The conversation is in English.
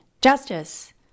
Justice